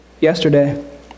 yesterday